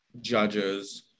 judges